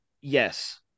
Yes